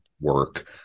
work